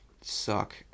suck